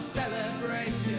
celebration